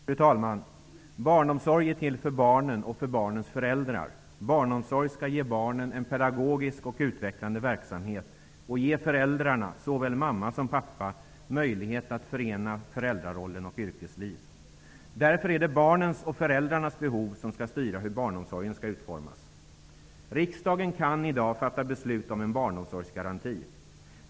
Fru talman! Barnomsorg är till för barnen och barnens föräldrar. Barnomsorg skall ge barnen en pedagogisk och utvecklande verksamhet och ge föräldrarna, såväl mamma som pappa, möjlighet att förena föräldraroll och yrkesliv. Därför är det föräldrarnas och barnens behov som skall styra hur barnomsorgen skall utformas. Riksdagen kan i dag fatta beslut om en barnomsorgsgaranti.